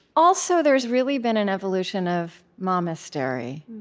also, there's really been an evolution of momastery.